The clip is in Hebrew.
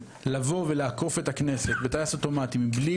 באופן שעוקף את הכנסת בטייס אוטומטי מבלי